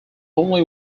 only